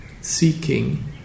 seeking